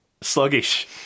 sluggish